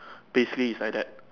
basically is like that